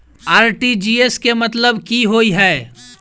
RTGS केँ मतलब की होइ हय?